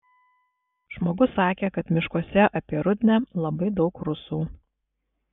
žmogus sakė kad miškuose apie rudnią labai daug rusų